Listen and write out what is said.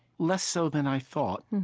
less so than i thought. and